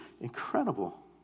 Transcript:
incredible